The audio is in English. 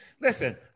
Listen